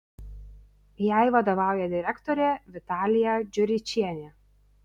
jai vadovauja direktorė vitalija dziuričienė